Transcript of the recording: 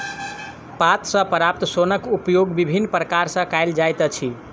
पात सॅ प्राप्त सोनक उपयोग विभिन्न प्रकार सॅ कयल जाइत अछि